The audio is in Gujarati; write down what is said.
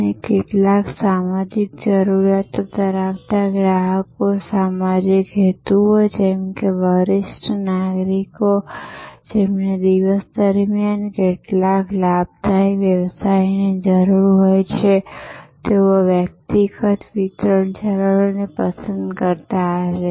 અને કેટલીકવાર સામાજિક જરૂરિયાતો ધરાવતા ગ્રાહકો સામાજિક હેતુઓ જેમ કે વરિષ્ઠ નાગરિકો જેમને દિવસ દરમિયાન કેટલાક લાભદાયી વ્યવસાયની જરૂર હોય તેઓ વ્યક્તિગત વિતરણ ચેનલોને પસંદ કરતા હશે